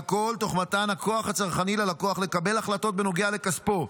והכול תוך מתן הכוח הצרכני ללקוח לקבל החלטות בנוגע לכספו,